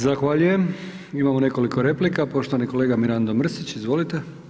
Zahvaljujem, imamo nekoliko replika, poštovani kolega Mirando Mrsić, izvolite.